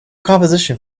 composition